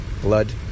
blood